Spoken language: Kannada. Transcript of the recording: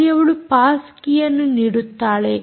ಅಲ್ಲಿ ಅವಳು ಪಾಸ್ ಕೀ ಯನ್ನು ನೀಡುತ್ತಾಳೆ